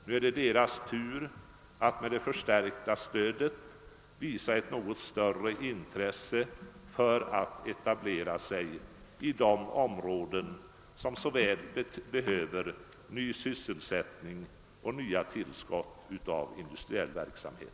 Nu är det dettas tur att med det förstärkta stödet visa ett något större intresse att etablera sig i de områden som så väl behöver ny satsning och nya tillskott av industriell verksamhet.